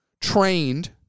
trained